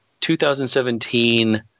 2017